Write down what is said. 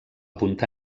punta